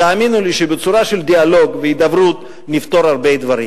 תאמינו לי שבצורה של דיאלוג והידברות נפתור הרבה דברים.